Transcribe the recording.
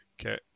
Okay